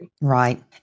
right